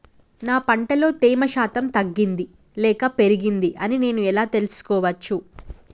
నా పంట లో తేమ శాతం తగ్గింది లేక పెరిగింది అని నేను ఎలా తెలుసుకోవచ్చు?